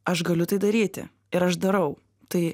aš galiu tai daryti ir aš darau tai